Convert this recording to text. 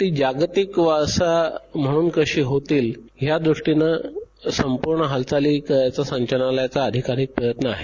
ती जागतिक वारसा म्हणून कशी होतील ह्या दृष्टीनं हालचालींचा संचालनालयाचा अधिक अधिक प्रयत्न आहे